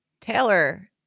Taylor